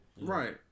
Right